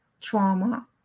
trauma